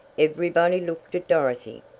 everybody looked at dorothy,